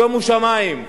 שומו שמים,